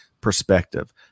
perspective